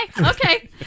okay